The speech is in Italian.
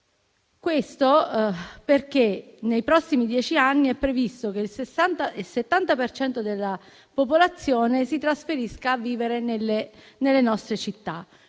Questo perché nei prossimi dieci anni è previsto che il 70 per cento della popolazione si trasferisca a vivere nelle nostre città,